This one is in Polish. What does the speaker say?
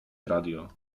radio